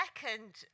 second